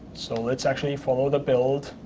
so let's actually follow the build